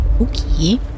Okay